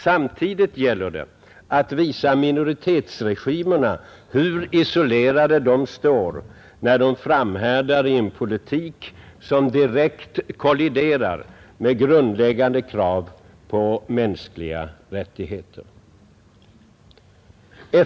Samtidigt gäller det att visa minoritetsregimerna hur isolerade de står, när de framhärdar i en politik som direkt kolliderar med grundläggande krav på mänskliga rättigheter.